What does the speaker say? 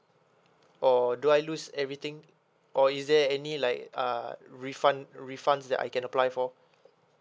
or do I lose everything or is there any like uh refund refunds that I can apply for